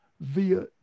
via